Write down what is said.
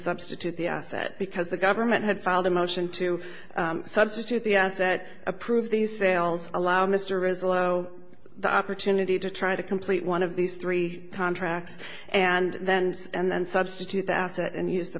substitute the asset because the government had filed a motion to substitute the asset approve the sale allow mr is a low the opportunity to try to complete one of these three contracts and then and then substitute the asset and use the